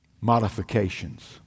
modifications